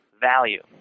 value